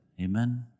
Amen